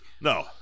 No